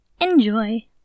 Enjoy